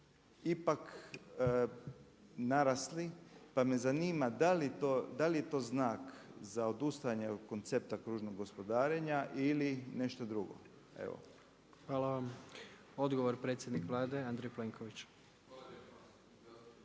ipak narasli, pa me zanima da li je to znak za odustajanje od koncepta kružnog gospodarenja ili nešto drugo. Evo. **Jandroković, Gordan (HDZ)** Hvala vam. Odgovor predsjednik Vlade Andrej Plenković.